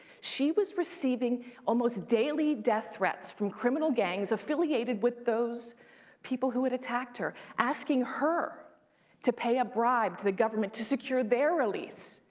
she was receiving almost daily death threats from criminal gangs affiliated with those people who had attacked her, asking her to pay a bribe to the government to secure their release.